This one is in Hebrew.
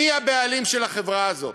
מי הבעלים של החברה הזאת?